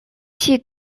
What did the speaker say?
设备